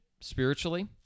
spiritually